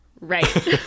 Right